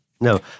No